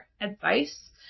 advice